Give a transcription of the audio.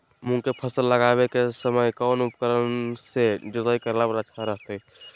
मूंग के फसल लगावे के समय कौन उपकरण से जुताई करला पर अच्छा रहतय?